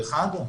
דרך אגב,